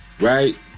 Right